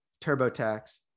TurboTax